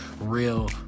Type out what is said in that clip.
real